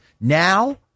Now